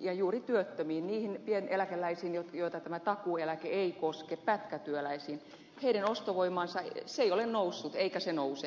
ja juuri työttömiin niihin pieneläkeläisiin joita tämä takuueläke ei koske pätkätyöläisiin heidän ostovoimansa ei ole noussut eikä se nouse